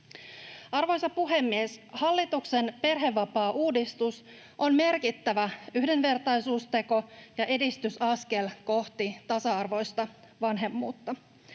Arvoisa puhemies! Hallituksen perhevapaauudistus on merkittävä yhdenvertaisuusteko ja edistysaskel kohti tasa-arvoista vanhemmuutta.